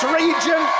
region